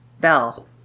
bell